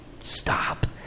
stop